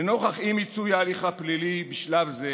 לנוכח אי-מיצוי ההליך הפלילי בשלב זה